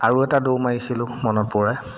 আৰু এটা দৌৰ মাৰিছিলোঁ মনত পৰে